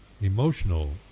emotional